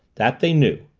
that they knew.